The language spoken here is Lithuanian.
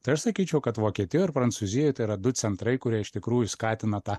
tai aš sakyčiau kad vokietijoj ir prancūzijoj tai yra du centrai kurie iš tikrųjų skatina tą